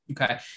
Okay